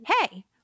Hey